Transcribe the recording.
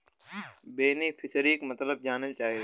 बेनिफिसरीक मतलब जाने चाहीला?